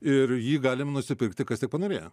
ir jį galim nusipirkti kas tik panorėję